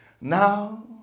Now